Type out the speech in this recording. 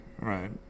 right